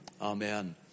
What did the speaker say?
Amen